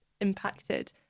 impacted